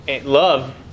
love